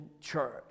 church